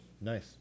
Nice